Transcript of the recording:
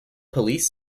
police